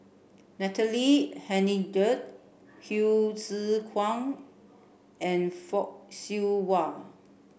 Natalie Hennedige Hsu Tse Kwang and Fock Siew Wah